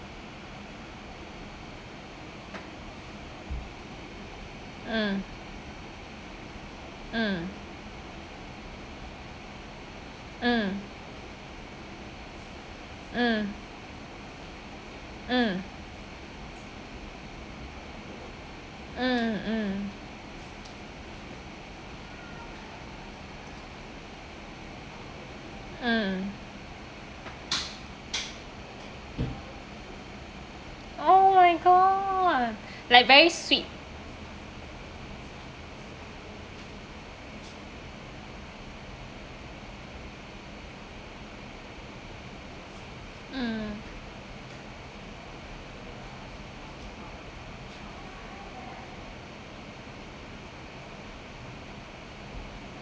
mm mm mm mm mm mm mm mm oh my god like very sweet mm